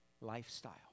lifestyle